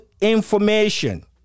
information